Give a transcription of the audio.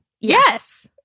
Yes